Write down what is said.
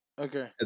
Okay